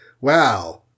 wow